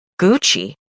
Gucci